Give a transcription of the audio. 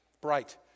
bright